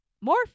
more